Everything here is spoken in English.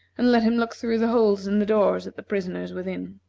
and let him look through the holes in the doors at the prisoners within.